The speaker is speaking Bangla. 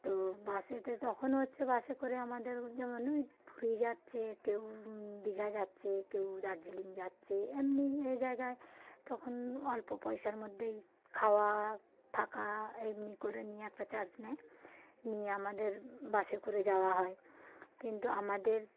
তো বাসেতে তখন হচ্ছে বাসে করে আমাদের ওই যেমন ওই পুরী যাচ্ছে কেউ দিঘা যাচ্ছে কেউ দার্জিলিং যাচ্ছে এমনি এ জায়গায় তখন অল্প পয়সার মধ্যেই খাওয়া থাকা এমনি করে নিয়ে একটা চার্জ নেয় নিয়ে আমাদের বাসে করে যাওয়া হয় কিন্তু আমাদের